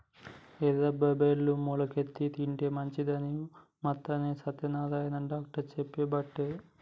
ఎర్ర బబ్బెర్లను మొలికెత్తిచ్చి తింటే మంచిదని మంతెన సత్యనారాయణ డాక్టర్ చెప్పబట్టే